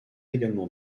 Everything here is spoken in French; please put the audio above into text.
également